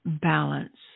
balance